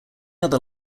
other